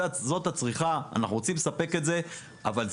זו הצריכה,